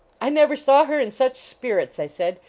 i never saw her in such spirits, i said.